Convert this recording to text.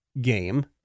game